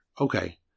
Okay